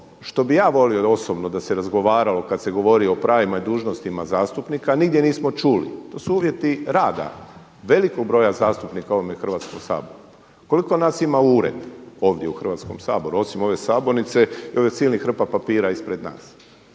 što bih ja volio osobno da se razgovaralo kada se govorilo o pravima i dužnostima zastupnika nigdje nismo čuli, to su uvjeti rada, velikog broja zastupnika u ovome Hrvatskom saboru. Koliko nas ima ured ovdje u Hrvatskom saboru, osim ove sabornice i ovih silnih hrpa papira ispred nas?